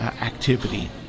activity